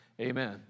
Amen